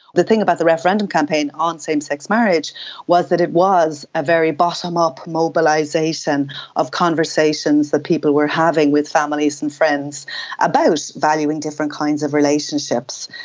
the thing about the referendum campaign on same-sex marriage was that it was a very bottom-up mobilisation of conversations that people were having with families and friends about valuing different kinds of relationships.